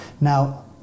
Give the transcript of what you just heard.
Now